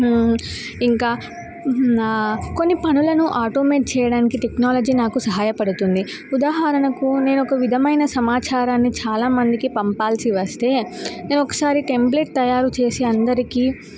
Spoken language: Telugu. ఇంకా కొన్ని పనులను ఆటోమేట్ చేయడానికి టెక్నాలజీ నాకు సహాయపడుతుంది ఉదాహరణకు నేను ఒక విధమైన సమాచారాన్ని చాలామందికి పంపాల్సి వస్తే నేను ఒకసారి టెంప్లెట్ తయారు చేసి అందరికీ